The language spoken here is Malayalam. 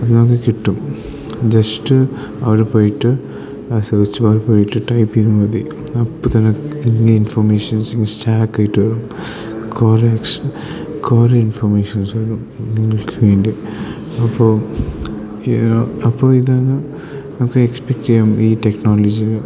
കിട്ടും ജെസ്റ്റ് അവിടെ പോയിട്ട് ആ സേർച്ച് ബാർ പോയിട്ട് ടൈപ്പ് ചെയ്താൽ മതി അപ്പം തന്നെ ഈ ഇൻഫർമേഷൻസ് സ്റ്റാക്കായിട്ട് വരും കുറെ സ് കുറെ ഇൻഫർമേഷൻസ് വരും നിങ്ങൾക്ക് വേണ്ടി അപ്പോൾ യു നോ അപ്പോൾ ഇതന്നെ നമുക്ക് എക്സ്പെക്ട ചെയ്യാം ഈ ടെക്നോളജീൽ